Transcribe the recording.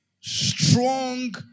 strong